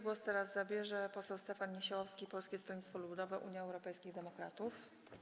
Głos teraz zabierze poseł Stefan Niesiołowski, Polskie Stronnictwo Ludowe - Unia Europejskich Demokratów.